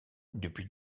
depuis